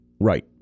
Right